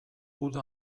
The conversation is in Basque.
uda